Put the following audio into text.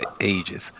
ages